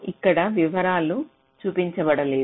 ఇక్కడ వివరాలను చూపించడం లేదు